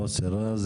מוסי רז,